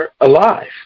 Alive